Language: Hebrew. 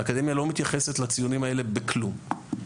האקדמיה לא מתייחסת לציונים האלה בכלום.